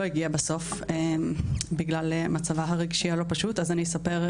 הגיעה בסוף בגלל מצבה הרגשי הלא פשוט אז אני אספר,